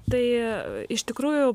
tai iš tikrųjų